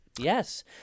Yes